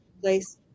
place